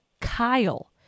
Kyle